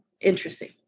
interesting